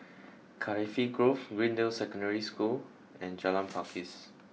Cardifi Grove Greendale Secondary School and Jalan Pakis